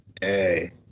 hey